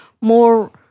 more